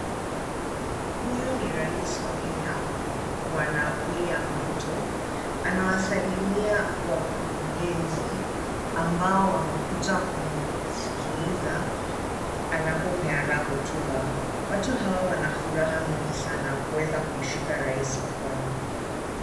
Huyu ni rais wa Kenya Bwana William Ruto anawasalimia wakurugenzi ambao wamekuja kumsikiliza anapopeana hotuba. Watu hawa wana furaha mingi sana kuweza kumshika rais mkono.